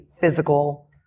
physical